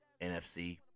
NFC